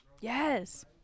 yes